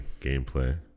gameplay